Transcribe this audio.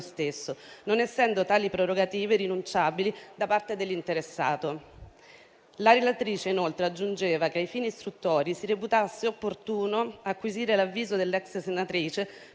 stesso, non essendo tali prerogative rinunciabili da parte dell'interessato. La relatrice inoltre aggiungeva che ai fini istruttori si reputasse opportuno acquisire l'avviso dell'ex senatrice